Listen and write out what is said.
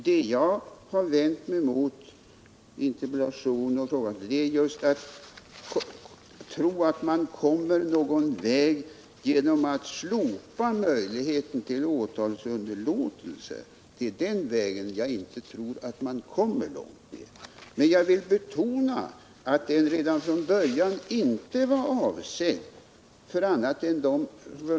Vad jag vänt mig mot i interpellationen och frågan är just tron att man kommer någon vart genom att slopa möjligheten till åtalsunderlåtelse. På den vägen tror jag inte man kommer långt. Men jag vill betona att bestämmelsen att stävja narkotikamissbruket om åtalsunderlåtelse redan från början inte var avsedd för annat än enstaka fall.